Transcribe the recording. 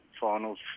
finals